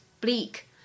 bleak